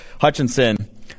Hutchinson